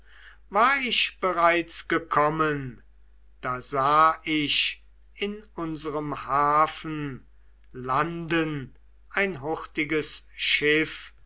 war ich bereits gekommen da sah ich in unserem hafen landen ein hurtiges schiff